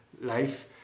life